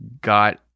got